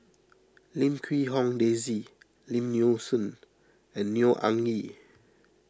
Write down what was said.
Lim Quee Hong Daisy Lim Nee Soon and Neo Anngee